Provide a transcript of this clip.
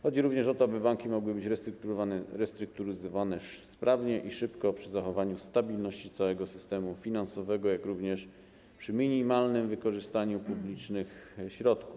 Chodzi również o to, by banki mogły być restrukturyzowane sprawnie i szybko przy zachowaniu stabilności całego systemu finansowego, jak również przy minimalnym wykorzystaniu publicznych środków.